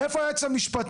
איפה היועץ המשפטי?